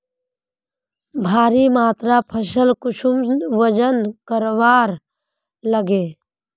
भारी मात्रा फसल कुंसम वजन करवार लगे?